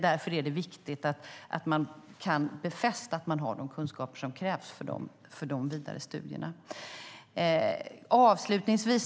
Därför är det viktigt att man kan befästa att man har de kunskaper som krävs för de vidare studierna.